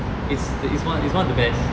it's one of the best